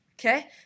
Okay